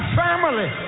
family